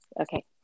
Okay